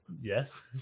Yes